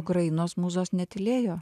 ukrainos mūzos netylėjo